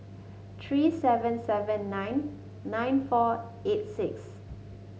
three seven seven nine nine four eight six